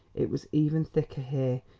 it was even thicker here,